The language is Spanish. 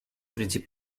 obras